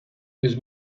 his